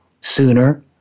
sooner